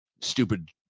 stupid